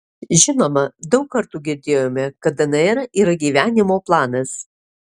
žinoma daug kartų girdėjome kad dnr yra gyvenimo planas